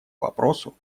вопросу